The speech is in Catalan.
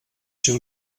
ser